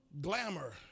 glamour